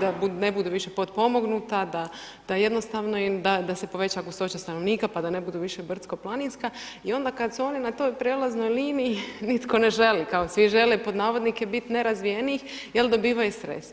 da ne budu više potpomognuta, da jednostavno, da se poveća gustoća stanovnika pa da ne budu više brdsko-planinska i onda kad su oni na toj prijelaznoj liniji nitko ne želi, kao svi žele bit nerazvijeni jer dobivaju sredstva.